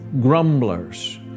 grumblers